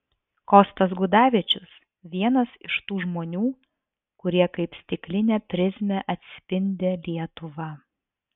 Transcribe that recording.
kostas gudavičius vienas iš tų žmonių kurie kaip stiklinė prizmė atspindi lietuvą